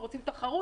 אנחנו רוצים תחרות,